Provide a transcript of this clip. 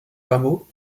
rameaux